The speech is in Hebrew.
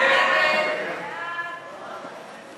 ההסתייגות (87)